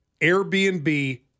Airbnb